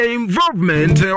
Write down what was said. involvement